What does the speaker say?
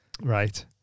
Right